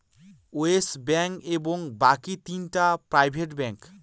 yes bank এবং বাকি তিনটা প্রাইভেট ব্যাঙ্ক